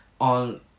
on